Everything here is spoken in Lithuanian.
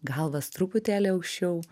galvas truputėlį aukščiau